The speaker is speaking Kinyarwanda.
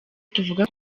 tuvuga